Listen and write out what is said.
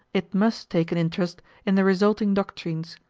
it must take an interest in the resulting doctrines,